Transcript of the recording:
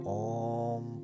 om